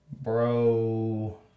Bro